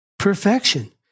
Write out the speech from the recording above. perfection